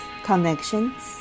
Connections